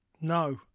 No